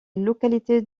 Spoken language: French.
localité